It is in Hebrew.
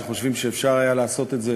שחושבים שאפשר היה לעשות את זה